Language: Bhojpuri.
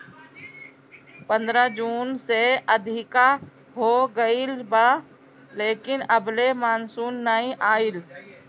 पंद्रह जून से अधिका हो गईल बा लेकिन अबले मानसून नाइ आइल